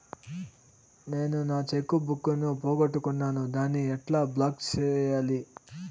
నేను నా cheque book ను పోగొట్టుకున్నాను దాన్ని ఎట్లా బ్లాక్ సేయాలి?